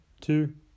two